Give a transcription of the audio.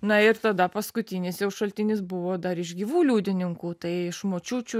na ir tada paskutinis jo šaltinis buvo dar iš gyvų liudininkų tai iš močiučių